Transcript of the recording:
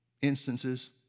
instances